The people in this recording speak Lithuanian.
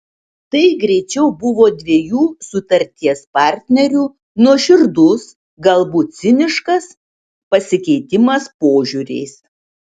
tai greičiau buvo dviejų sutarties partnerių nuoširdus galbūt ciniškas pasikeitimas požiūriais